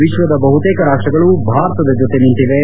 ವಿಶ್ವದ ಬಹುತೇಕ ರಾಷ್ಟಗಳು ಭಾರತದ ಜೊತೆ ನಿಂತಿವೆ